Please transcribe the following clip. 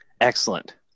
Excellent